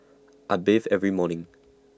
I bathe every morning